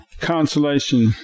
consolation